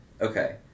Okay